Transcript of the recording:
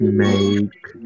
make